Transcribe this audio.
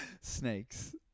Snakes